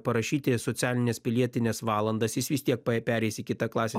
parašyti socialines pilietines valandas jis vis tiek pereis į kitą klasę